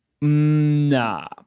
Nah